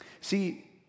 See